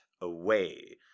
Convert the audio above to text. away